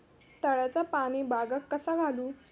तळ्याचा पाणी बागाक कसा घालू?